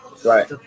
Right